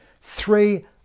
Three